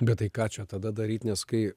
bet tai ką čia tada daryt nes kai